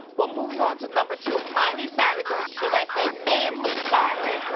well moving on to number two miley cyrus, or should i say manly cyrus?